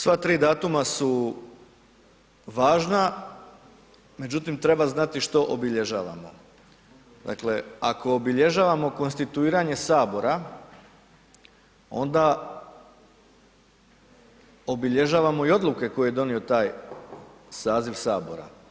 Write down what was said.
Sva tri datuma su važna, međutim, treba znati što obilježavamo, dakle, ako obilježavamo konstituiranje Sabora, onda obilježavamo i odluke koje je donio taj saziv Sabora.